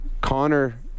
Connor